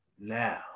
Now